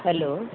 hello